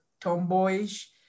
tomboyish